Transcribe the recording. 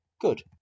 good